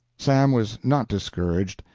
sam was not discouraged.